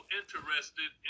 interested